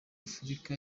afurika